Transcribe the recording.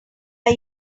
our